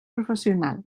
professional